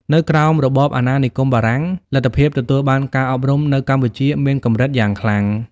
នៅក្រោមរបបអាណានិគមបារាំង លទ្ធភាពទទួលបានការអប់រំនៅកម្ពុជាមានកម្រិតយ៉ាងខ្លាំង។